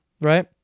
Right